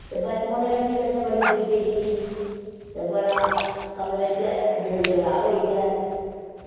ते बचपुनै बिच बी असें बड़ी गरीबी दिक्खी ही ते बड़ा कम्मै बिच गै जिंदगी खराब होई इयां गै